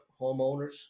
homeowners